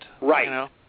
Right